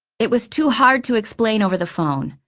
it was too hard to explain over the phone.